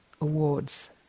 awards